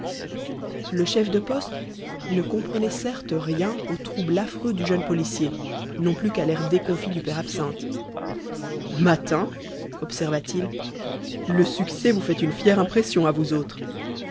le chef de poste ne comprenait certes rien au trouble affreux du jeune policier non plus qu'à l'air déconfit du père absinthe mâtin observa-t-il le succès vous fait une fière impression à vous autres